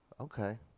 okay